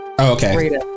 Okay